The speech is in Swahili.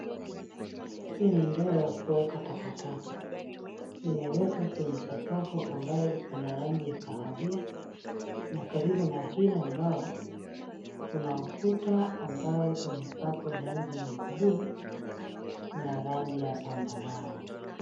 Hii ni ndoo ya kueka takataka. Imeweka kwenye sakafu ambaye iko na rangi ya kahawia, na karibu na hilo ndoo, kuna ukuta ambaye imepakwa rangi ya blue , na rangi ya zambarau.